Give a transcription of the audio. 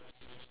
same lah